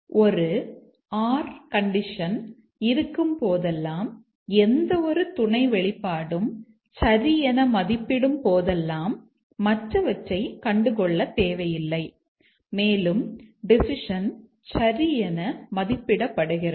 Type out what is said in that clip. ஒரு || கண்டிஷன் இருக்கும் போதெல்லாம் எந்தவொரு துணை வெளிப்பாடும் சரி என மதிப்பிடும் போதெல்லாம் மற்றவற்றை கண்டுகொள்ளத் தேவையில்லை மேலும் டெசிஷன் சரி என மதிப்பிடப்படுகிறது